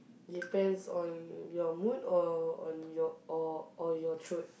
depends on your mood or on your or or your